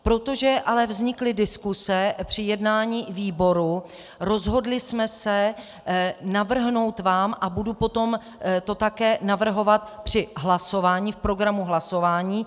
Protože ale vznikly diskuse při jednání výboru, rozhodli jsme se vám navrhnout, a budu to potom také navrhovat při hlasování, v programu hlasování.